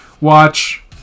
watch